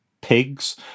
Pigs